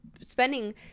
spending